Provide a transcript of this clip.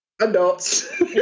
adults